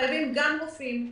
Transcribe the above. חייבים גם רופאים,